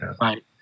right